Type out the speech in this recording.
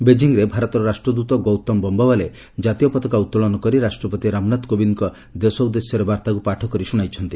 ବେଜିଂରେ ଭାରତର ରାଷ୍ଟ୍ରଦ୍ଦତ ଗୌତମ୍ ବମ୍ୟାୱାଲେ କାତୀୟ ପତାକା ଉତ୍ତୋଳନ କରି ରାଷ୍ଟ୍ରପତି ରାମନାଥ୍ କୋବିନ୍ଦଙ୍କ ଦେଶ ଉଦ୍ଦେଶ୍ୟରେ ବାର୍ତ୍ତାକ୍ ପାଠ କରି ଶ୍ରଣାଇଛନ୍ତି